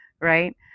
right